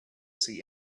see